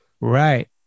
right